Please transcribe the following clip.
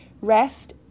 rest